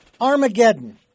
Armageddon